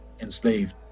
enslaved